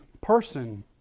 person